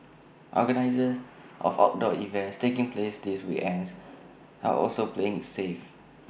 organisers of outdoor events taking place this weekends are also playing IT safe